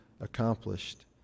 accomplished